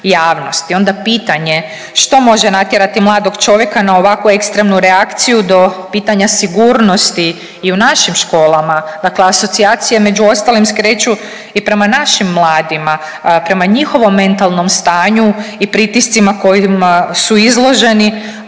I onda pitanje što može natjerati mladog čovjeka na ovako ekstremnu reakciju do pitanja sigurnosti i u našim školama, dakle asocijacije među ostalim skreću i prema našim mladima, prema njihovom mentalnom stanju i pritiscima kojima su izloženi,